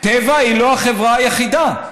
וטבע היא לא החברה היחידה,